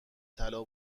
طلا